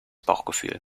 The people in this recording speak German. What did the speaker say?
bauchgefühl